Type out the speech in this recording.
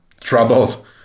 troubled